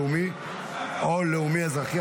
לאומי או לאומי אזרחי,